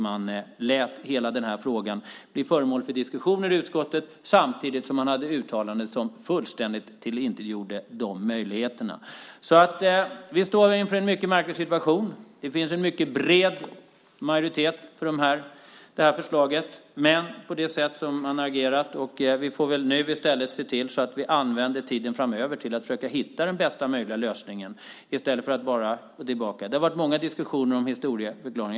Man lät hela den här frågan bli föremål för diskussion i utskottet samtidigt som man gjorde uttalanden som fullständigt tillintetgjorde de möjligheterna. Vi står inför en mycket märklig situation. Det finns en mycket bred majoritet för det här förslaget, men oenighet om det sätt som man har agerat på. Vi får väl nu i stället se till att vi använder tiden framöver till att försöka hitta den bästa möjliga lösningen i stället för att bara gå tillbaka. Det har varit många diskussioner om historieförklaringen.